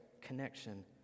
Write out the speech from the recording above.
connection